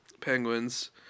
Penguins